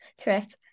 correct